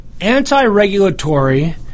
anti-regulatory